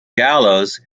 gallows